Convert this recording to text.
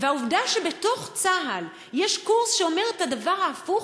והעובדה שבתוך צה"ל יש קורס שאומר את הדבר ההפוך,